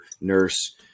nurse